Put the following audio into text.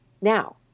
now